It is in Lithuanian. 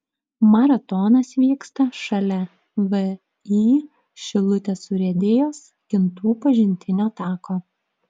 maratonas vyksta šalia vį šilutės urėdijos kintų pažintinio tako